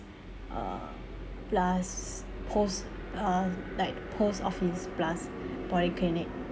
uh plus post uh like post office plus polyclinic